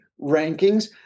rankings